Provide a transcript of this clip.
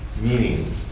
meaning